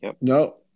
No